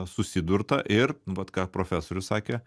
susidurta ir vat ką profesorius sakė